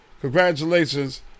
congratulations